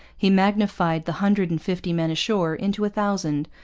he magnified the hundred and fifty men ashore into a thousand,